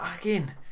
again